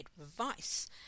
advice